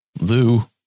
Lou